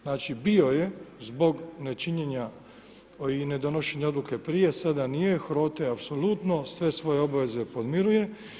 Znači bio je zbog nečinjenja i ne donošenje odluke prije, sad nije, HROTE apsolutno sve svoje obaveze podmiruje.